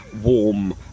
warm